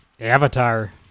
Avatar